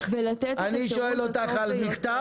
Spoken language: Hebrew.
ולתת את השירות הטוב ביותר --- אני שואל אותך על מכתב,